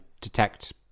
detect